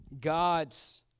God's